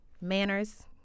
Manners